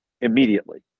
immediately